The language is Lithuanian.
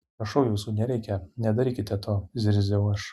prašau jūsų nereikia nedarykite to zirziau aš